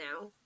now